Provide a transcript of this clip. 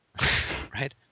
right